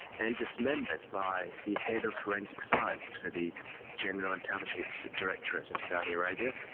and dismembered by the head of forensic science for the general intelligence directorate of saudi arabia.